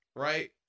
right